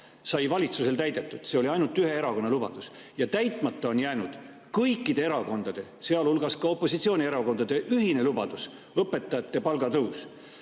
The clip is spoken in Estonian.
sai valitsusel täidetud? See oli ainult ühe erakonna lubadus. Ja täitmata on jäänud kõikide erakondade, sealhulgas opositsioonierakondade ühine lubadus: õpetajate palga tõus.